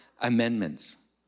amendments